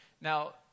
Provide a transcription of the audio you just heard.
Now